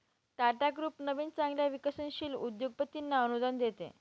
Tata group नवीन चांगल्या विकसनशील उद्योगपतींना अनुदान देते